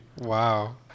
Wow